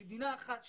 יש מדינה אחת שלנו,